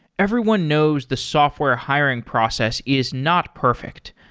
everyone knows the software hiring process is not perfect.